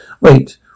Wait